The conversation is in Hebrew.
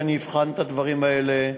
שאני אבחן את הדברים האלה.